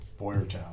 Boyertown